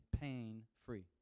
pain-free